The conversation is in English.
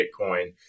Bitcoin